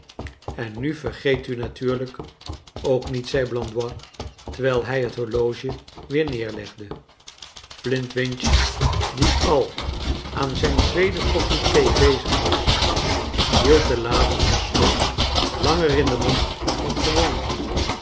en nu vergeet u natuurlijk ook niet zei blandois terwijl hij het horloge weer neerlegde flint wich die al aan zijn tweede kopje thee bezig was hield den laatsten slok langer in den mond dan gewoonlijk